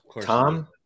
Tom